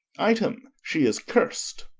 item she is curst